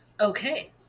Okay